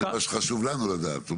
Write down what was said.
זה מה שחשוב לנו לדעת.